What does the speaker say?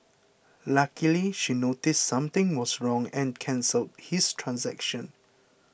luckily she noticed something was wrong and cancelled his transaction